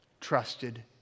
trusted